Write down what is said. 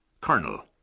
Colonel